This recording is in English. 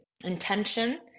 intention